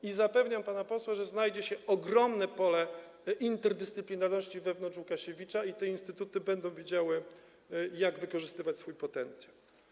I zapewniam pana posła, że znajdzie się ogromne pole interdyscyplinarności wewnątrz Łukasiewicza i że te instytuty będą wiedziały, jak wykorzystywać swój potencjał.